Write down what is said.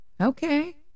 Okay